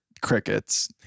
crickets